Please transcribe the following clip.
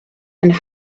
and